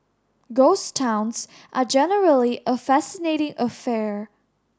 ghost towns are generally a fascinating affair